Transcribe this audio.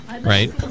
right